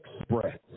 express